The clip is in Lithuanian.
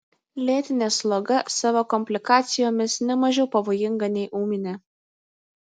lėtinė sloga savo komplikacijomis ne mažiau pavojinga nei ūminė